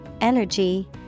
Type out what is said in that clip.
energy